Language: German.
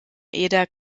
eder